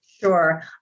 Sure